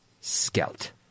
Skelt